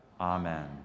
amen